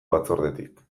batzordetik